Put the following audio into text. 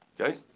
Okay